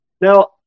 Now